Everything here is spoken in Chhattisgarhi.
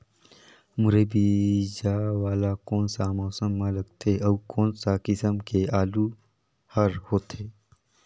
मुरई बीजा वाला कोन सा मौसम म लगथे अउ कोन सा किसम के आलू हर होथे?